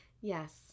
Yes